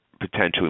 potentially